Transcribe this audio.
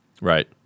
Right